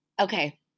Okay